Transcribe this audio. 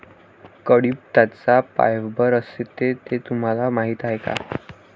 कढीपत्त्यात फायबर असते हे तुम्हाला माहीत आहे का?